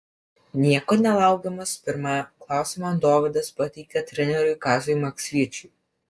nieko nelaukdamas pirmą klausimą dovydas pateikė treneriui kaziui maksvyčiui